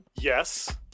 Yes